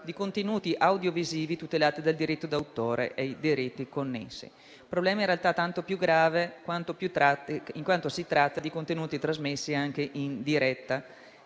di contenuti audiovisivi tutelati dal diritto d'autore e dei diritti connessi. Il problema è in realtà tanto più grave in quanto si tratta di contenuti trasmessi anche in diretta